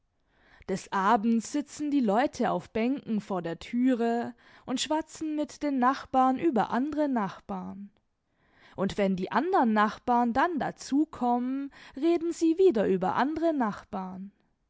des abends sitzen die leute auf bänken vor der türe und schwatzen mit den nachbarn über andere nachbarn und wenn die andern nachbarn dann dazu kommen reden sie wieder über andere nachbarn